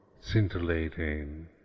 scintillating